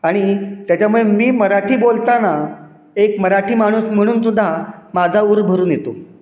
आणि त्याच्यामुळे मी मराठी बोलताना एक मराठी माणूस म्हणून सुद्धा माझा ऊर भरून येतो